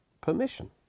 permission